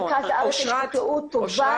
אושרת, תודה